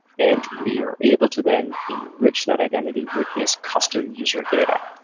and we are able to then enrich that identity with this custom user data.